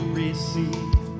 receive